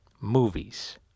Movies